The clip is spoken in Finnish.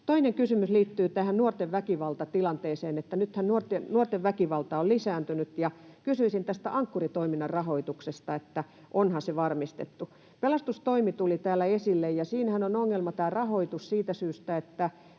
Toinen kysymys liittyy tähän nuorten väkivaltatilanteeseen. Nythän nuorten väkivalta on lisääntynyt, ja kysyisin tästä Ankkuri-toiminnan rahoituksesta, että onhan se varmistettu. Pelastustoimi tuli täällä esille, ja siinähän on ongelma tämä rahoitus siitä syystä, että